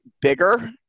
bigger